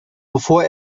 bevor